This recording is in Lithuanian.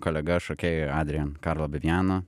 kolega šokėju adrijan karlo bivjano